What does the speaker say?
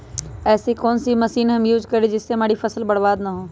ऐसी कौन सी मशीन हम यूज करें जिससे हमारी फसल बर्बाद ना हो?